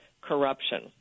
corruption